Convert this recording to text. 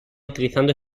utilizando